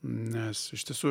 nes iš tiesų